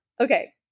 Okay